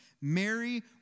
Mary